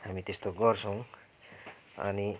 हामी त्यस्तो गर्छौँ अनि